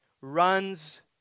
runs